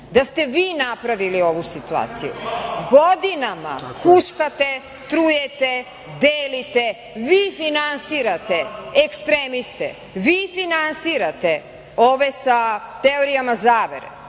da ste vi napravili ovu situaciju? Godinama huškate, trujete, delite. Vi finansirate ekstremiste, vi finansirate ove sa teorijama zavere,